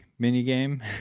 minigame